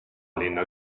linna